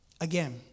again